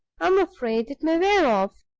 i'm afraid it may wear off.